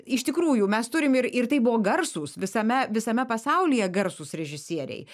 iš tikrųjų mes turim ir ir tai buvo garsūs visame visame pasaulyje garsūs režisieriai